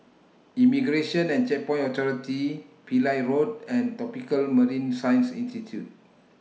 Immigration and Checkpoints Authority Pillai Road and Tropical Marine Science Institute